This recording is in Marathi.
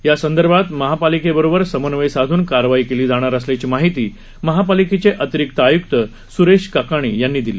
या संदर्भात महापालिकेबरोबर समन्वय साधून कार्यवाही केली जाणार असल्याची माहिती महापालिकेचे अतिरिक्त आय्क्त स्रेश ककाणी यांनी दिली